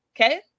Okay